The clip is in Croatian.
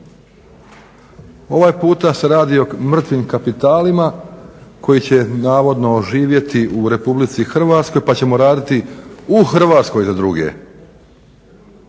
Ovaj puta se radi o mrtvim kapitalima koji će navodno oživjeti u RH pa ćemo raditi u Hrvatskoj za druge,